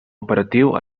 operatiu